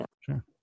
sure